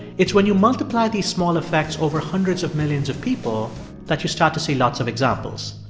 it's when you multiply these small effects over hundreds of millions of people that you start to see lots of examples.